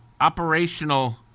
operational